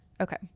Okay